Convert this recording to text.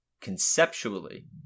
conceptually